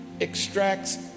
extracts